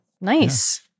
nice